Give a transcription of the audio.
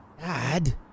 Dad